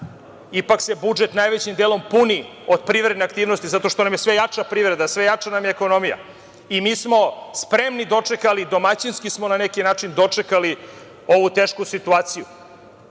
ipak se budžet najvećim delom puni od privredne aktivnosti, zato što nam je sve jača privreda, sve jača nam je ekonomija. Mi smo spremni dočekali, domaćinski smo, na neki način, dočekali ovu tešku situaciju.